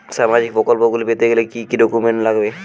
সামাজিক প্রকল্পগুলি পেতে গেলে কি কি ডকুমেন্টস লাগবে?